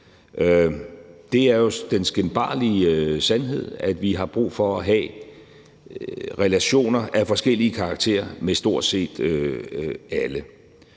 Det er jo den skinbarlige sandhed, at vi har brug for at have relationer af forskellig karakter til stort set alle.